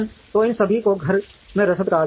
तो इन सभी को घर में रसद कहा जाता है